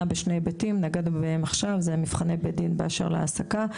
בשני היבטים: מבחני בית דין באשר להעסקה,